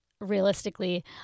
realistically